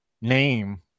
name